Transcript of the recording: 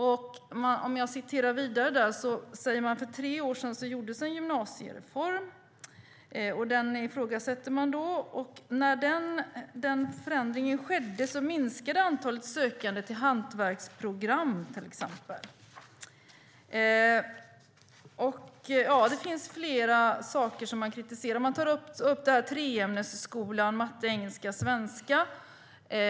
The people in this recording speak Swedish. De ifrågasatte vidare den gymnasiereform som gjordes för tre år sedan och konstaterade att antalet sökande till exempelvis hantverksprogrammen minskade när denna förändring skedde. Andra saker kritiseras också, till exempel treämnesskolan med matte, engelska och svenska.